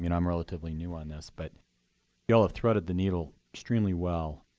you know i'm relatively new on this, but you all have threaded the needle extremely well.